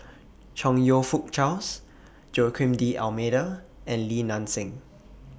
Chong YOU Fook Charles Joaquim D'almeida and Li Nanxing